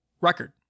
record